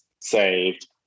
saved